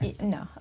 no